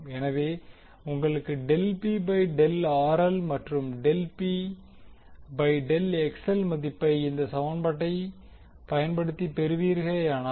எனவே உங்களுக்கு del P by del மற்றும் டெல் P பை டெல் மதிப்பை இந்த சமன்பாட்டை பயன்படுத்தி பெறுவீர்களேயானால்